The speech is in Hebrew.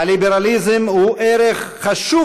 הליברליזם הוא ערך חשוב,